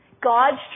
God's